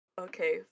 okay